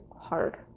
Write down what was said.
hard